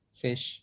fish